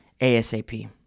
ASAP